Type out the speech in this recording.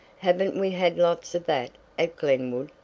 haven't we had lots of that at glenwood?